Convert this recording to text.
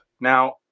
Now